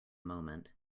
moment